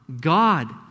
God